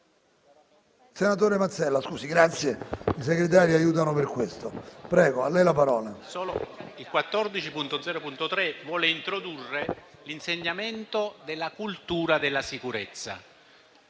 in esame vuole introdurre l'insegnamento della cultura della sicurezza